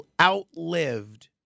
outlived